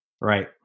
Right